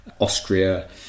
Austria